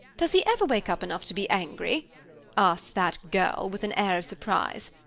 does he ever wake up enough to be angry asked that girl, with an air of surprise.